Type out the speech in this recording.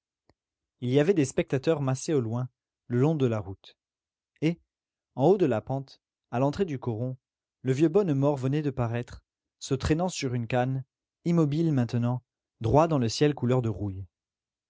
il y avait des spectateurs massés au loin le long de la route et en haut de la pente à l'entrée du coron le vieux bonnemort venait de paraître se traînant sur une canne immobile maintenant droit dans le ciel couleur de rouille